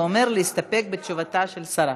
זה אומר להסתפק בתשובתה של השרה.